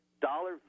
dollar